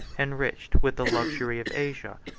enriched with the luxury of asia,